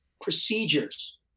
procedures